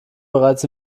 bereits